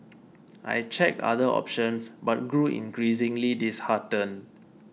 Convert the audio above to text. I checked other options but grew increasingly disheartened